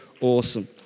awesome